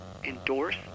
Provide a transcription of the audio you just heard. endorse